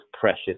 precious